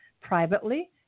privately